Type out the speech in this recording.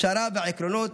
הפשרה והעקרונות,